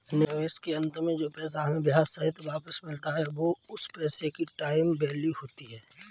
निवेश के अंत में जो पैसा हमें ब्याह सहित वापस मिलता है वो उस पैसे की टाइम वैल्यू होती है